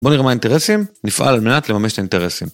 בואו נראה מה האינטרסים, נפעל על מנת לממש את האינטרסים.